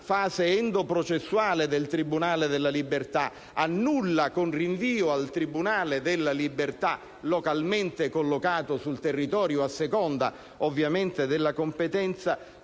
fase endoprocessuale del Tribunale della libertà, annulla con rinvio al Tribunale della libertà localmente collocato sul territorio, a seconda ovviamente della competenza